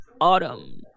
Autumn